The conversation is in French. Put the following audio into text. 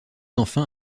enfin